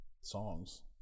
songs